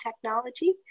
technology